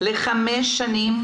לחמש שנים,